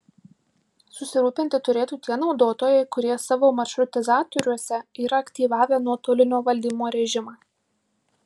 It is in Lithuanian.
susirūpinti turėtų tie naudotojai kurie savo maršrutizatoriuose yra aktyvavę nuotolinio valdymo režimą